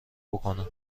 بکنند